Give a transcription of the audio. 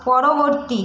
পরবর্তী